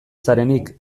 zarenik